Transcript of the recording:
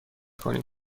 کنیم